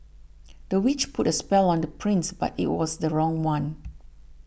the witch put a spell on the prince but it was the wrong one